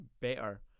better